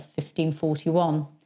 1541